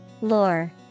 Lore